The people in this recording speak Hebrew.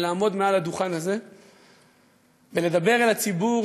לעמוד מעל הדוכן הזה ולדבר אל הציבור